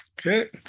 okay